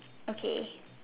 okay